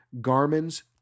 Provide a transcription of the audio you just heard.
Garmin's